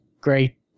great